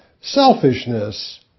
selfishness